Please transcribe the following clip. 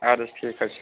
اَدٕ حظ ٹھیٖک حظ چھُ